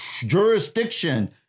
jurisdiction